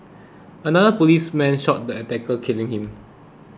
another policeman shot the attacker killing him